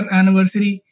anniversary